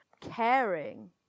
caring